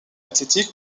athletic